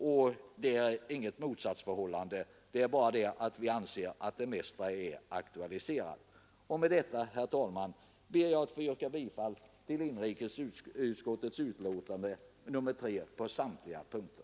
Där finns inget motsatsförhållande, men utskottsmajoriteten anser att det mesta är aktualiserat. Herr talman! Med detta ber jag att få yrka bifall till inrikesutskottets hemställan på samtliga punkter.